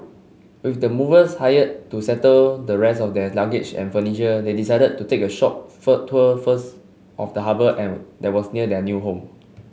with the movers hired to settle the rest of their luggage and furniture they decided to take short tour first of the harbour and that was near their new home